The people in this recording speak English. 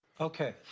Okay